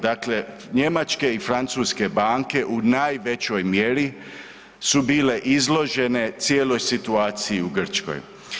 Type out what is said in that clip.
Dakle, njemačke i francuske banke u najvećoj mjeri su bile izložene cijeloj situaciji u Grčkoj.